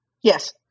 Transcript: Yes